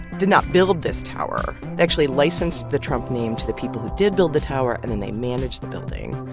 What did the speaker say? did not build this tower. they actually licensed the trump name to the people who did build the tower, and then they manage the building.